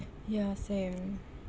yah same